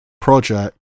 project